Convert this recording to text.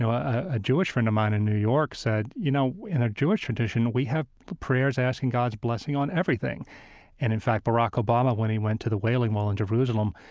ah ah jewish friend of mine in new york said, you know, in our jewish tradition we have prayers asking god's blessing on everything and, in fact, barack obama, when he went to the wailing wall in jerusalem,